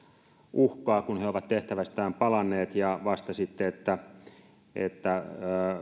uhkaa kun he ovat tehtävästään palanneet ja vastasitte että että